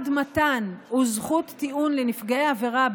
מתן מעמד וזכות טיעון לנפגעי עבירה,